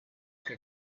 que